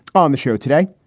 on the show today.